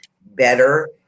better